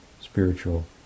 spiritual